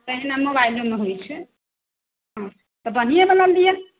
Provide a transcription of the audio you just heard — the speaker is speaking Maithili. अहिना मोबाइलोमे होइत छै हम्म तऽ बढ़िएँवला लिअ